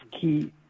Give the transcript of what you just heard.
key